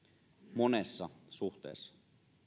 monessa suhteessa